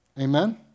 Amen